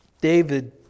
David